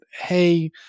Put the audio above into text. hey